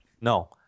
No